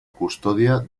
custodia